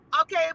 Okay